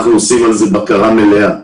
אנחנו עושים לעניין הזה בקרה מלאה.